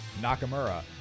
Nakamura